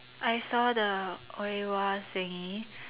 I saw the Oiwa thingy